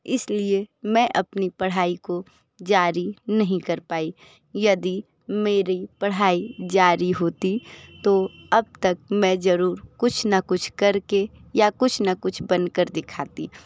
इसलिए मैं अपनी पढ़ाई को जारी नहीं कर पाई यदि मेरी पढ़ाई जारी होती तो अब तक मैं जरूर कुछ ना कुछ करके या कुछ ना कुछ बनकर दिखाती